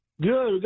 good